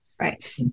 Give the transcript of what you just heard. Right